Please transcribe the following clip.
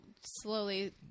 slowly